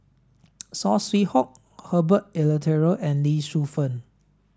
Saw Swee Hock Herbert Eleuterio and Lee Shu Fen